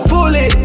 Fully